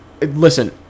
Listen